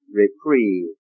reprieve